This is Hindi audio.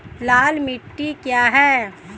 लाल मिट्टी क्या है?